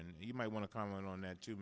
and you might want to comment on that to